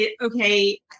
okay